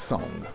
Song